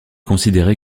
considéré